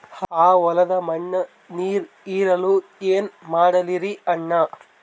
ಆ ಹೊಲದ ಮಣ್ಣ ನೀರ್ ಹೀರಲ್ತು, ಏನ ಮಾಡಲಿರಿ ಅಣ್ಣಾ?